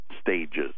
stages